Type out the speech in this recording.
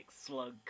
slug